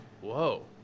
Whoa